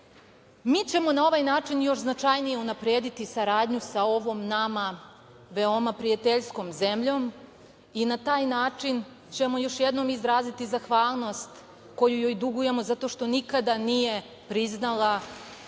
Mi ćemo na ovaj način još značajnije unaprediti saradnju sa ovom nama veoma prijateljskom zemljom i na taj način ćemo još jednom izraziti zahvalnost koju joj dugujemo zato što nikada nije priznala